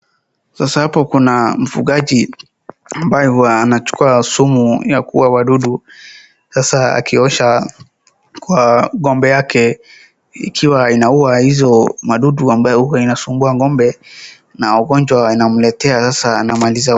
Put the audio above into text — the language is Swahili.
Sasa hapo kuna mfugaji ambaye huwa anachukua sumu ya kuua wadudu sasa akiosha ng'ombe yake ikiwa inaua hizo madudu ambayo huwa inasumbua ng'ombe na ugonjwa inamletea sasa inamaliza.